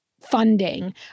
funding